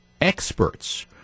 experts